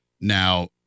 Now